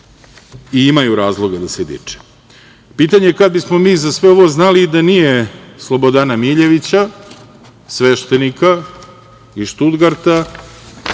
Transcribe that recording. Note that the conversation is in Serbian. i imaju razloga da se diče. Pitanje je kad bismo mi za sve ovo znali da nije Slobodana Miljevića, sveštenika iz Štutgarta,